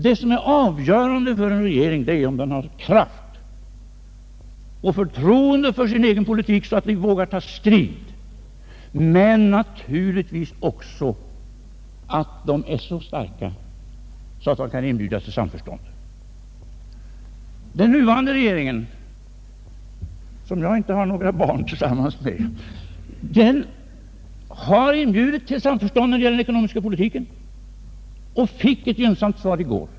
Det som är avgörande för en regering är om den har kraft och förtroende för sin egen politik, så att den vågar ta en strid men naturligtvis också att den är så stark att den kan inbjuda till samförstånd. Den nuvarande regeringen — som jag inte har några barn tillsammans med — har inbjudit till samförstånd när det gäller den ekonomiska politiken, och den fick ett gynnsamt svar i går.